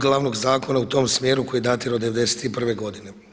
glavnog zakona u tom smjeru koji datira od '91. godine.